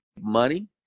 money